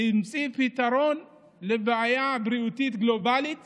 והמציא פתרון לבעיה בריאותית גלובלית